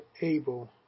able